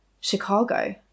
Chicago